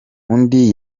undi